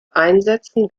einsätzen